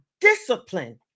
discipline